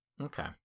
Okay